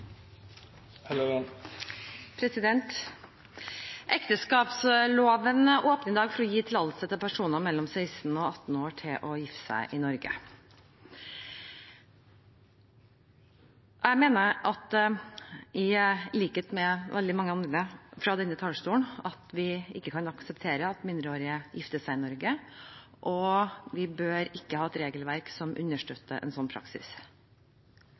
Ekteskapsloven åpner i dag for å gi tillatelse til personer mellom 16 og 18 år til å gifte seg i Norge. Jeg mener, i likhet med veldig mange andre fra denne talerstolen, at vi ikke kan akseptere at mindreårige gifter seg i Norge, og vi bør ikke ha et regelverk som understøtter en slik praksis.